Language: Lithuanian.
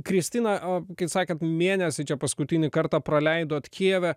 kristina o kaip sakėt mėnesį čia paskutinį kartą praleidot kijeve